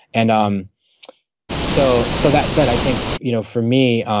and um so so that said, i think you know for me,